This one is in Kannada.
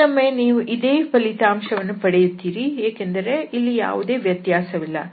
ಇನ್ನೊಮ್ಮೆ ನೀವು ಇದೇ ಫಲಿತಾಂಶ ಪಡೆಯುತ್ತೀರಿ ಏಕೆಂದರೆ ಇಲ್ಲಿ ಯಾವುದೇ ವ್ಯತ್ಯಾಸವಿಲ್ಲ